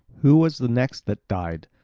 who was the next that died?